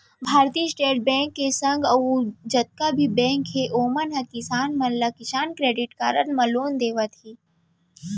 भारतीय state bank के संग अउ जतका भी बेंक हे ओमन ह किसान मन ला किसान क्रेडिट कारड म लोन देवत हें